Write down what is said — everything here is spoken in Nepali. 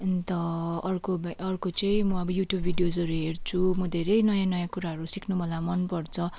अन्त अर्को बाई अर्को चाहिँ म अब युट्युब भिडियोजहरू हेर्छु म धेरै नयाँ नयाँ कुराहरू सिक्नु मलाई मनपर्छ